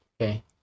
Okay